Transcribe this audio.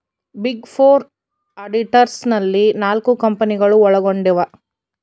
big four auditors ನಲ್ಲಿ ನಾಲ್ಕು ಕಂಪನಿಗಳು ಒಳಗೊಂಡಿವ